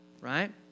right